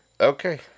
Okay